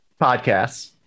podcasts